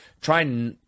try